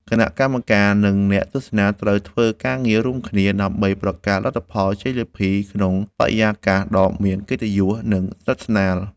គណៈកម្មការ និងអ្នកទស្សនាត្រូវធ្វើការងាររួមគ្នា ដើម្បីប្រកាសលទ្ធផលជ័យលាភីក្នុងបរិយាកាសដ៏មានកិត្តិយស និងស្និទ្ធស្នាល។